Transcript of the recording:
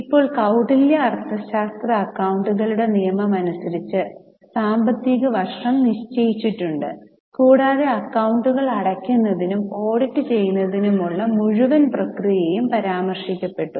ഇപ്പോൾ കൌടില്യ അർത്ഥശാസ്ത്ര അക്കൌണ്ടുകളുടെ നിയമം അനുസരിച്ച് സാമ്പത്തിക വർഷം നിശ്ചയിച്ചിട്ടുണ്ട് കൂടാതെ അക്കൌണ്ടുകൾ അടയ്ക്കുന്നതിനും ഓഡിറ്റുചെയ്യുന്നതിനുമുള്ള മുഴുവൻ പ്രക്രിയയും പരാമർശിക്കപ്പെട്ടു